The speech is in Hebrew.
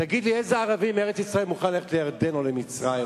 תגיד לי איזה ערבי מארץ-ישראל מוכן ללכת לירדן או למצרים,